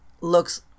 looks